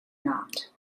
not